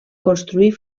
construir